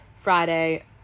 friday